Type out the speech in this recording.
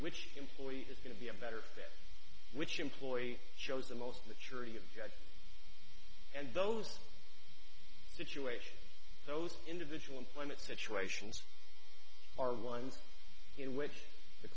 which employee is going to be a better fit which employee shows the most maturity of god and those situations those individual employment situations are the ones in which the